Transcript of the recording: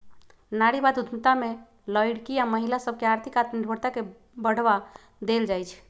नारीवाद उद्यमिता में लइरकि आऽ महिला सभके आर्थिक आत्मनिर्भरता के बढ़वा देल जाइ छइ